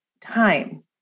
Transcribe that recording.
time